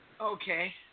Okay